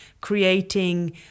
creating